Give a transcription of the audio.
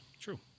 True